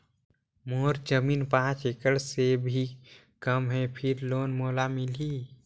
मोर जमीन पांच एकड़ से भी कम है फिर लोन मोला मिलही?